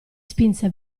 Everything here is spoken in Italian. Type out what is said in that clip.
spinse